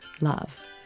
love